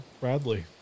Bradley